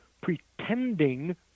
pretending